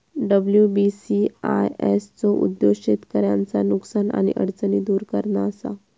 WBCIS चो उद्देश्य शेतकऱ्यांचा नुकसान आणि अडचणी दुर करणा असा